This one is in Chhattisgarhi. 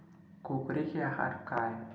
कुकरी के आहार काय?